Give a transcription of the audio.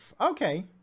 okay